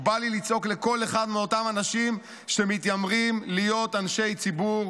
בא לי לצעוק לכל אחד מאותם אנשים שמתיימרים להיות אנשי ציבור"